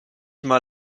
immer